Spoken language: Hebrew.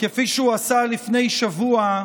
כפי שהוא עשה לפני שבוע,